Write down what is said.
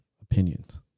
opinions